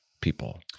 people